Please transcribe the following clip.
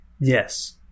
Yes